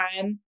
time